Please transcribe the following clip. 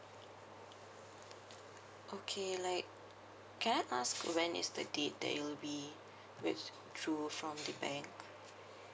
okay like can I ask when is the date that it'll be withdrew from the bank